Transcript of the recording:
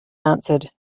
answered